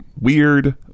weird